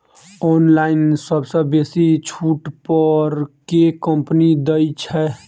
Online सबसँ बेसी छुट पर केँ कंपनी दइ छै?